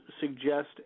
suggest